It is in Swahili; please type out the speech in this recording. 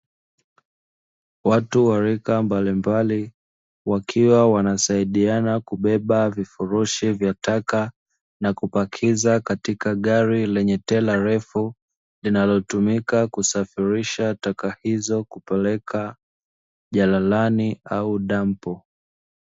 Watu wa rika mbalimbali wakiwa wanasaidiana kubeba vifurushi vya taka na kupakiza katika gari lenye tela refu, linalotumika kusafirisha taka hizo kupeleka jalalani au dampo.